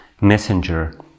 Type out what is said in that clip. messenger